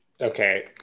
Okay